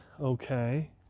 okay